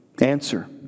answer